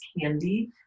candy